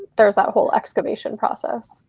there's that whole excavation process.